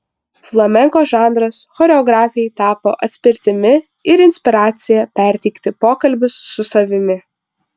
flamenko žanras choreografei tapo atspirtimi ir inspiracija perteikti pokalbius su savimi